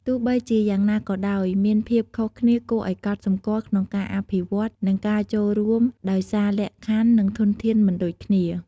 ទោះបីជាយ៉ាងណាក៏ដោយ មានភាពខុសគ្នាគួរឱ្យកត់សម្គាល់ក្នុងការអភិវឌ្ឍន៍ និងការចូលរួមដោយសារលក្ខខណ្ឌ និងធនធានមិនដូចគ្នា។